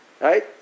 Right